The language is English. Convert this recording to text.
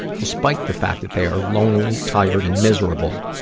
despite the fact that they are lonely, tired, and miserable.